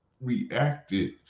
reacted